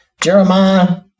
Jeremiah